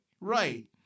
Right